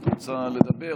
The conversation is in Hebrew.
את רוצה לדבר?